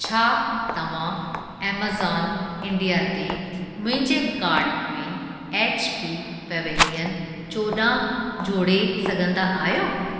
छा तव्हां Amazon India ते मुंहिंजे कार्ट में एच पी पेविलियन चोॾहं जोड़े सघंदा आहियो